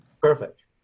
Perfect